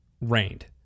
rained